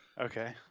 Okay